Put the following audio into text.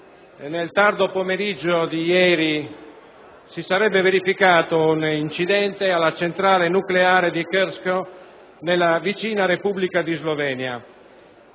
nel tardo pomeriggio di ieri si sarebbe verificato un incidente alla centrale nucleare di Krsko nella vicina Repubblica di Slovenia.